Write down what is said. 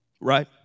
Right